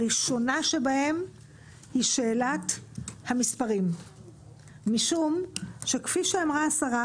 הראשונה שבהם היא שאלת המספרים משום שכפי שאמרה השרה,